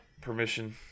permission